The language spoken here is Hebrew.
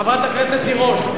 חברת הכנסת תירוש.